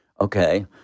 Okay